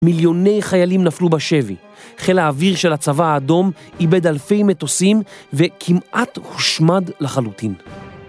מיליוני חיילים נפלו בשבי, חיל האוויר של הצבא האדום איבד אלפי מטוסים וכמעט הושמד לחלוטין.